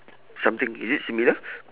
something is it similar